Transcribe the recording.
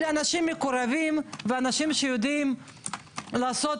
לאנשים מקורבים ואנשים שיודעים לעשות